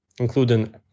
including